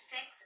Six